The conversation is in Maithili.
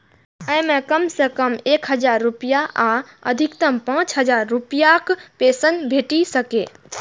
अय मे कम सं कम एक हजार रुपैया आ अधिकतम पांच हजार रुपैयाक पेंशन भेटि सकैए